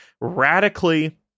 radically